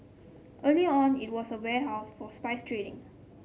earlier on it was a warehouse for spice trading